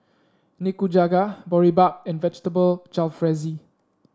Nikujaga Boribap and Vegetable Jalfrezi